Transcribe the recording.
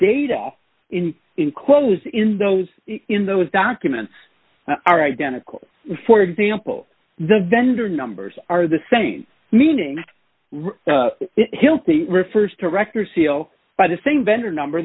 data in enclose in those in those documents are identical for example the vendor numbers are the same meaning hilt the refers to record seal by the same vendor number